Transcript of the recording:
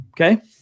okay